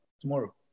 tomorrow